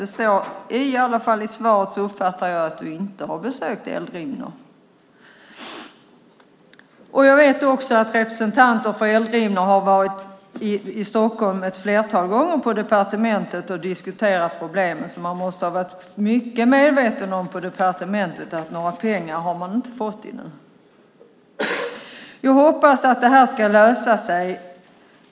Av svaret uppfattar i alla fall jag att ministern inte har besökt Eldrimner. Jag vet att representanter för Eldrimner har varit på departementet i Stockholm ett flertal gånger och diskuterat problemen, så man måste ha varit mycket medveten på departementet om att de ännu inte har fått några pengar. Jag hoppas att det här ska lösa sig.